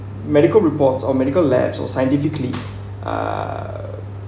medical reports or medical labs or scientifically uh